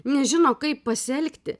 nežino kaip pasielgti